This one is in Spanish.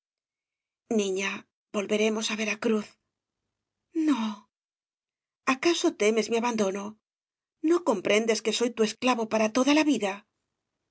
niña volveremos á veracruz no acaso temes mi abandono no comprendes que soy tu esclavo para toda la vida